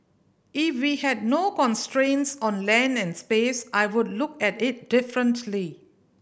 if we had no constraints on land and space I would look at it differently